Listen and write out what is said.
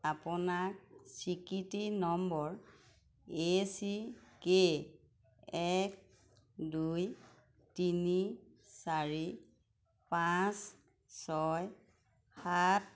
আপোনাক স্বীকৃতি নম্বৰ এ চি কে এক দুই তিনি চাৰি পাঁচ ছয় সাত